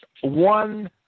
one